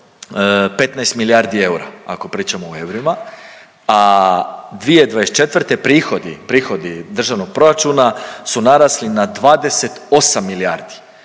15 milijardi eura, ako pričamo o eurima, a 2024. prihodi, prihodi državnog proračuna su narasli na 28 milijardi.